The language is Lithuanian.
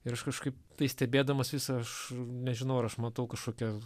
ir aš kažkaip tai stebėdamas visą aš nežinau ar aš matau kažkokią